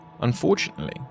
Unfortunately